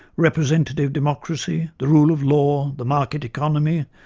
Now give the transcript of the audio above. representative democracy, the rule of law, the market economy,